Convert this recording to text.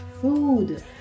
food